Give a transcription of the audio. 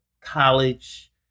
college